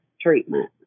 treatment